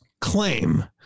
claim